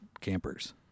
campers